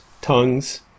tongues